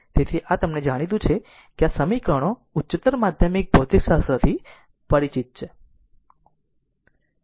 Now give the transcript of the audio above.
તેથી આ અમને જાણીતું છે કે આ સમીકરણો ઉચ્ચતર માધ્યમિક ભૌતિકશાસ્ત્રથી પરિચિત છે